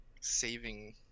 saving